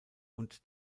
und